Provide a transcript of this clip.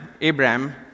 Abraham